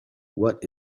what